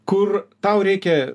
kur tau reikia